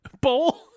Bowl